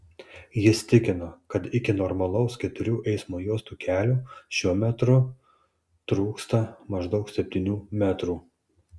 jis tikino kad iki normalaus keturių eismo juostų kelio šiuo metru trūksta maždaug septynių metrų